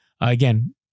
again